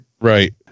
Right